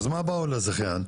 אז מה באו לזכיין?